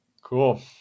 Cool